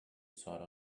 sought